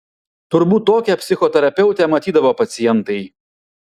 turbūt tokią psichoterapeutę matydavo pacientai